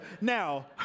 now